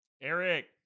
Eric